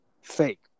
fake